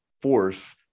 force